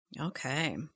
Okay